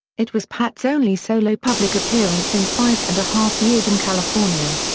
it was pat's only solo public appearance in five and a half years in california.